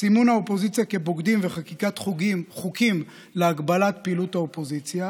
סימון האופוזיציה כבוגדים וחקיקת חוקים להגבלת פעילות האופוזיציה,